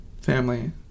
family